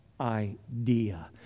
idea